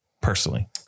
personally